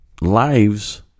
lives